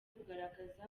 kugaragaza